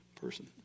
person